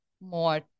more